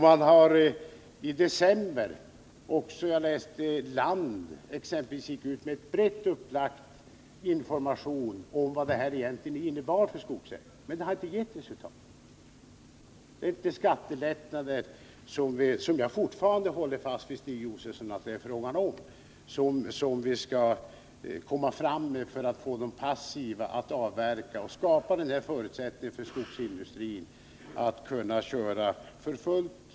Man har i december — som jag läste i Land — gått ut med brett upplagd information om vad de här reglerna egentligen innebär för skogsägarna. Men det har inte gett resultat. Det här är skattelättnader — jag vidhåller, Stig Josefson, att det är fråga om det — för att få de passiva att avverka och skapa förutsättningar för skogsindustrin att köra för fullt.